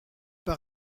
pas